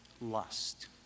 Lust